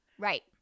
Right